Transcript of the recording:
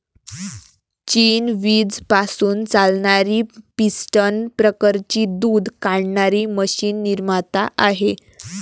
चीन वीज पासून चालणारी पिस्टन प्रकारची दूध काढणारी मशीन निर्माता आहे